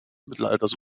mittelalters